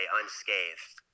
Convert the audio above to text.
unscathed